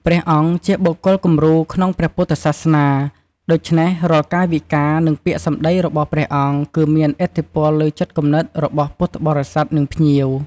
សម្របសម្រួលកិច្ចការសាសនា ក្នុងពិធីបុណ្យធំៗ ព្រះសង្ឃជាអ្នកសម្របសម្រួលកិច្ចការសាសនា និងដឹកនាំការបួងសួង ឬពិធីផ្សេងៗ។